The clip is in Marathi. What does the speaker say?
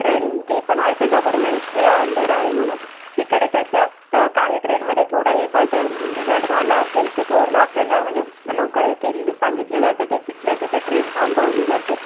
ट्रेन जे पण आहे ते गवर्मेंटच्या अंडर आहे म्हणून तिकडे त्याचा काही ट्रेनमध्ये थोडाही बद बिघाड झाला असेल तर तो आपल्याला म्हणजे लवकर केल सांगितलं जातं ते तिथल्या तिथे ट्रेन थांबवली जाते